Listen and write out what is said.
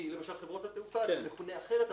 כי למשל בחברות התעופה זה מכונה אחרת,